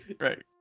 right